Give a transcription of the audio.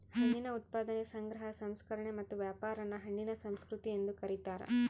ಹಣ್ಣಿನ ಉತ್ಪಾದನೆ ಸಂಗ್ರಹ ಸಂಸ್ಕರಣೆ ಮತ್ತು ವ್ಯಾಪಾರಾನ ಹಣ್ಣಿನ ಸಂಸ್ಕೃತಿ ಎಂದು ಕರೀತಾರ